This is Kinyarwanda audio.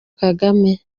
kagame